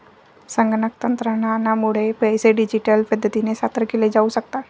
संगणक तंत्रज्ञानामुळे पैसे डिजिटल पद्धतीने सादर केले जाऊ शकतात